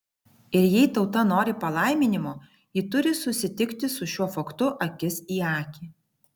ir jei tauta nori palaiminimo ji turi susitikti su šiuo faktu akis į akį